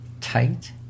tight